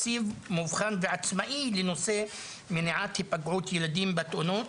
תקציב מאובחן ועצמאי לנושא מניעת היפגעות ילדים בתאונות,